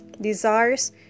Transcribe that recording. desires